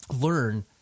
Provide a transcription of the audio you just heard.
learn